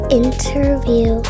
interview